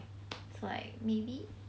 so like maybe